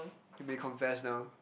you may confess now